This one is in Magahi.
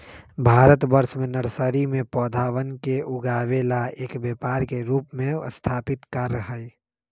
भारतवर्ष में नर्सरी में पौधवन के उगावे ला एक व्यापार के रूप में स्थापित कार्य हई